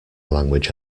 language